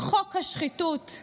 חוק השחיתות,